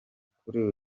kuri